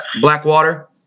Blackwater